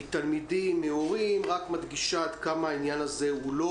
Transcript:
מתלמידים ומהורים רק מדגישה עד כמה העניין הזה הוא לא